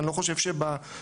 אני לא חושב שבהכרח